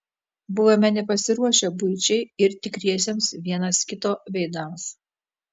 buvome nepasiruošę buičiai ir tikriesiems vienas kito veidams